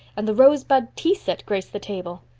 and the rose-bud tea-set graced the table!